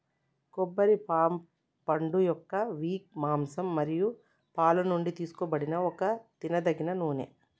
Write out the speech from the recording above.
కొబ్బరి పామ్ పండుయొక్క విక్, మాంసం మరియు పాలు నుండి తీసుకోబడిన ఒక తినదగిన నూనె